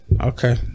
okay